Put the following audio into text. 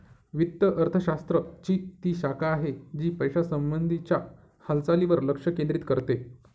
वित्त अर्थशास्त्र ची ती शाखा आहे, जी पैशासंबंधी च्या हालचालींवर लक्ष केंद्रित करते